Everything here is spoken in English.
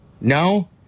No